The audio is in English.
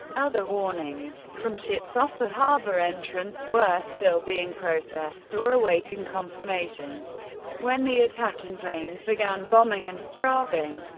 other warnings from ships off the harbor entrance were still being processed or awaiting confirmation when the attacking planes began bombing and strafing.